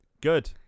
Good